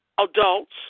adults